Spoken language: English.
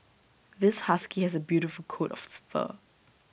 this husky has A beautiful coat of fur